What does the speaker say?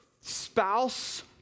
spouse